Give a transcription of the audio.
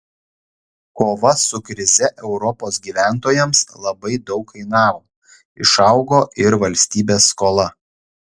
kova su krize europos gyventojams labai daug kainavo išaugo ir valstybės skola